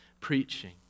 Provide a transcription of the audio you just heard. preaching